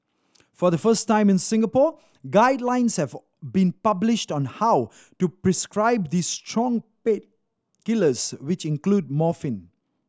for the first time in Singapore guidelines have been published on how to prescribe these strong painkillers which include morphine